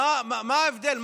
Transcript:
מה ההבדל?